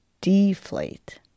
deflate